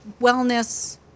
wellness